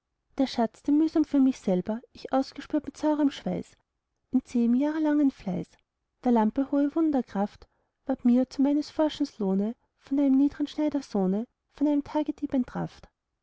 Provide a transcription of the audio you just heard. der schatz den mühsam für mich selber ich ausgespürt mit saurem schweiß in zähem jahrelangem fleiß der lampe hohe wunderkraft ward mir zu meines forschens lohne von einem niedren schneidersohne von einem tagedieb